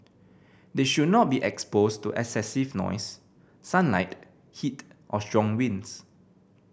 they should not be exposed to excessive noise sunlight heat or strong winds